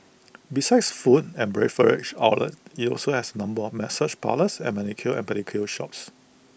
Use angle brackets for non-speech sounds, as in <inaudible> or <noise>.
besides food and <unintelligible> outlets IT also has A number of massage parlours and manicure and pedicure shops